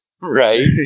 Right